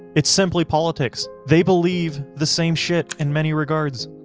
it's simply politics! they believe the same shit in many regards.